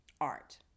art